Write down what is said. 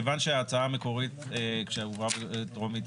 כיוון שההצעה המקורית שהובאה בטרומית,